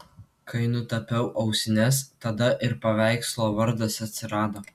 kai nutapiau ausines tada ir paveikslo vardas atsirado